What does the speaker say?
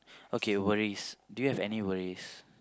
okay worries do you have any worries